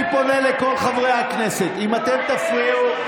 אני פונה לכל חברי הכנסת: אם אתם תפריעו,